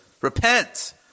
Repent